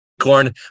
corn